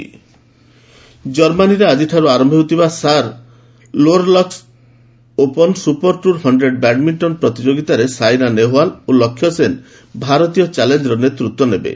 badminton ଜର୍ମାନୀରେ ଆଜିଠାରୁ ଆରମ୍ଭ ହେଉଥିବା Saarlorlux open super tour hundred badminton ପ୍ରତିଯୋଗୀତାରେ ସାଇନା ନେହେଓ୍ବାଲ୍ ଓ ଲକ୍ଷ୍ୟ ସେନ୍ ଭାରତୀୟ ଚ୍ୟାଲେଞ୍ଜର ନେତୃତ୍ୱ ନେବେ